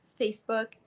facebook